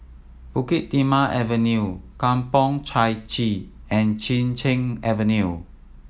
Bukit Timah Avenue Kampong Chai Chee and Chin Cheng Avenue